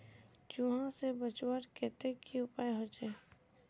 चूहा से बचवार केते की उपाय होचे?